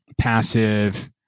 passive